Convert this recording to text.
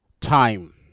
time